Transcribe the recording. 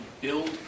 build